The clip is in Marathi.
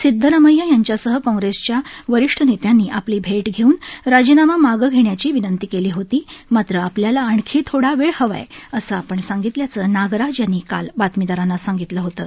सिद्धरामय्या यांच्यासह काँग्रेसच्या वरिष्ठ नेत्यांनी आपली भेट घेऊन राजीनामा मागं घेण्याची विंनती केली होती मात्र आपल्याला आणखी थोडा वेळ हवा असं आपण सांगितल्याचं नागराज यांनी काल बातमीदारांना सांगितलं होतं